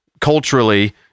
culturally